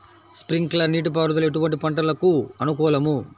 Sprinkler నీటిపారుదల ఎటువంటి పంటలకు అనుకూలము?